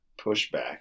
pushback